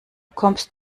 kommst